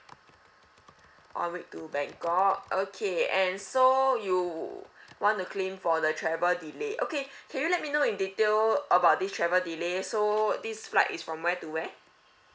one week to bangkok okay and so you want to claim for the travel delay okay can you let me know in detail about this travel delay so this flight is from where to where